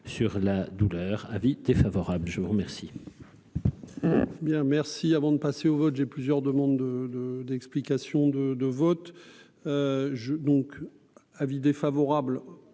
sur la douleur : avis défavorable, je vous remercie.